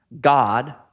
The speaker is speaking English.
God